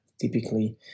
typically